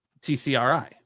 TCRI